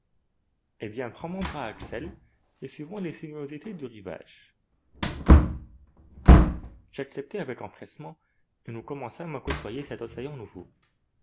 eh bien prends mon bras axel et suivons les sinuosités du rivage j'acceptai avec empressement et nous commençâmes à côtoyer cet océan nouveau